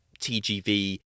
tgv